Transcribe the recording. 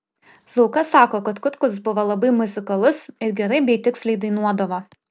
zauka sako kad kutkus buvo labai muzikalus ir gerai bei tiksliai dainuodavo